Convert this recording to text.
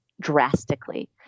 drastically